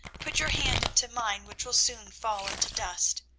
put your hand into mine which will soon fall into dust.